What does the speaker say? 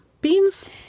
beans